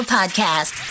Podcast